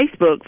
Facebook